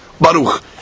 baruch